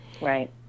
right